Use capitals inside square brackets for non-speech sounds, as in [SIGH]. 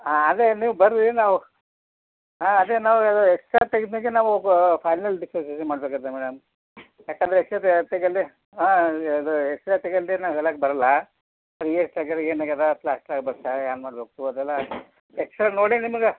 ಹಾಂ ಅದೇ ನೀವು ಬರ್ರೀ ನಾವು ಅದೇ ನಾವು ಎಲ್ಲ ಎಕ್ಸ್ರಾ ತಗಿದ್ ಮ್ಯಾಕೆ ನಾವು ಬ ಫೈನಲ್ [UNINTELLIGIBLE] ಮಾಡ್ಬೇಕತೆ ಮೇಡಮ್ ಯಾಕಂದರೆ [UNINTELLIGIBLE] ಹಾಂ ಇದು ಎಕ್ಸ್ರಾ ತೆಗಿಯಲ್ಲ ರೀ ನಾವು ಹೇಳಾಕೆ ಬರಲ್ಲ ಎಷ್ಟಾಗಿದೆ ಏನಾಗ್ಯದ ಪ್ಲಾಸ್ಟರ್ ಹಾಕ್ಬೇಕು ಏನು ಮಾಡಬೇಕು ಅದೆಲ್ಲ ಎಕ್ಸ್ರಾ ನೋಡಿ ನಿಮ್ಗ